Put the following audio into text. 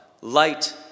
light